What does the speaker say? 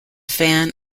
fan